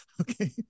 Okay